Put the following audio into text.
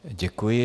Děkuji.